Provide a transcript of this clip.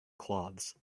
cloths